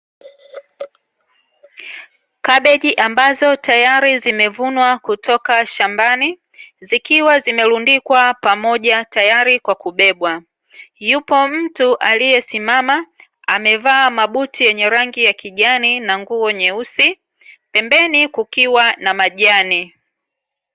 Kabeji ambazo tayari zimevunwa kutoka shambani zikiwa zimerundikwa pamoja tayari kwa kubebwa, yupo mtu aliyesimama amevaa mabuti yenye rangi ya kijani na nguo nyeusi pembeni kukiwa na majani.